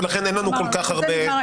ולכן אין לנו כל כך הרבה.